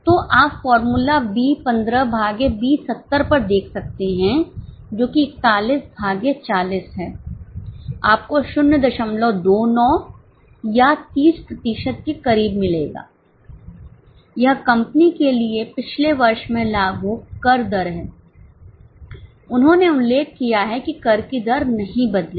तो आप formula B15 भागे B70 पर देख सकते हैं जो कि 41 भागे 40 है आपको 029 या 30 प्रतिशत के करीब मिलेगा यह कंपनी के लिएपिछले वर्ष में लागू कर दर है उन्होंने उल्लेख किया है कि कर की दर नहीं बदलेगी